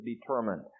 determined